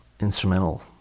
instrumental